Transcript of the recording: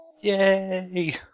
Yay